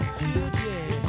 today